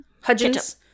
Hudgens